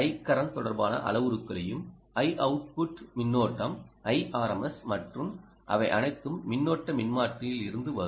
Icurrent தொடர்பான அளவுருக்களையும் Ioutput மின்னோட்டம் Irms மற்றும் அவை அனைத்தும் மின்னோட்ட மின்மாற்றியில் இருந்து வரும்